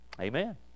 Amen